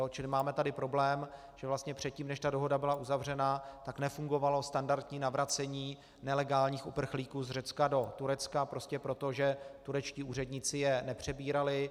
Čili máme tady problém, že vlastně předtím, než dohoda byla uzavřena, nefungovalo standardní navracení nelegálních uprchlíků z Řecka do Turecka prostě proto, že turečtí úředníci je nepřebírali.